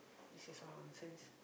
this is all nonsense